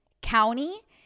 county